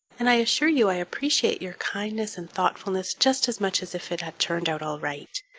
and i assure you i appreciate your kindness and thoughtfulness just as much as if it had turned out all right.